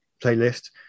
playlist